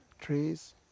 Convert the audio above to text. trees